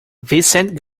vicente